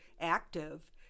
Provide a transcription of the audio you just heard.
active